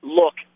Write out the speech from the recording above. look